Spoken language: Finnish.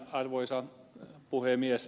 arvoisa puhemies